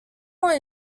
more